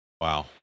Wow